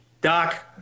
Doc